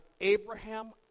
Abraham